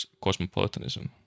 cosmopolitanism